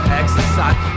exercise